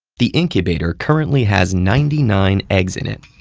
the incubator currently has ninety nine eggs in it.